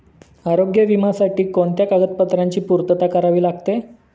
आरोग्य विम्यासाठी कोणत्या कागदपत्रांची पूर्तता करावी लागते?